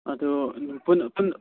ꯑꯗꯨ